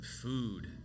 food